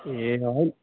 ए ह